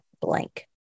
blank